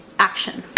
action!